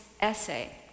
essay